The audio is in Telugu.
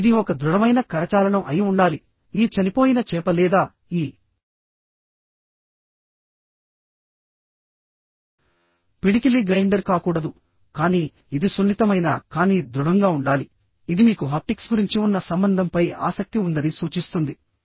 ఇది ఒక దృఢమైన కరచాలనం అయి ఉండాలిఈ చనిపోయిన చేప లేదా ఈ పిడికిలి గ్రైండర్ కాకూడదు కానీ ఇది సున్నితమైన కానీ దృఢంగా ఉండాలి ఇది మీకు హప్టిక్స్ గురించి ఉన్న సంబంధంపై ఆసక్తి ఉందని సూచిస్తుంది